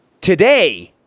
today